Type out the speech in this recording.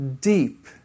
deep